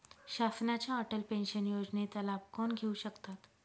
शासनाच्या अटल पेन्शन योजनेचा लाभ कोण घेऊ शकतात?